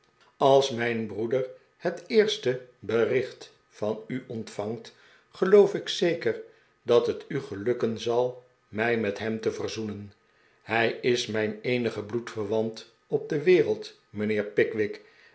als mijn broeder het eerste bericht van u ontvangt geloof ik zeker dat het u gelukken zal mij met hem te verzoenen hij is mijn eenige bloedyerwant op de wereld mijnheer pickwick